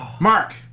Mark